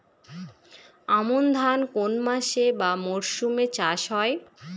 আমন ধান কোন মাসে বা মরশুমে চাষ হয়?